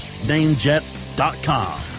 namejet.com